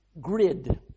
grid